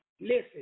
Listen